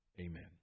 Amen